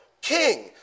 king